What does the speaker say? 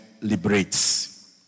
liberates